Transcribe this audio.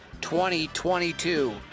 2022